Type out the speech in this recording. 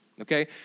okay